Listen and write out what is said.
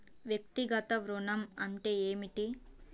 వ్యక్తిగత ఋణం అంటే ఏమిటి?